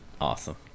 awesome